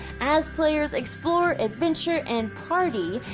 as players explore, adventure, and party,